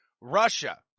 Russia